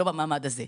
לא במעמד הזה,